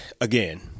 again